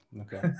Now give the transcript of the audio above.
okay